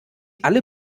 alle